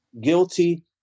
guilty